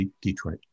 Detroit